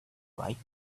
right